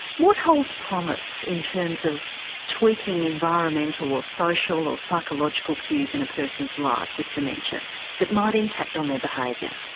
what holds promise in terms of tweaking environmental or social or psychological cues in a person's life with dementia that might impact on their behaviour?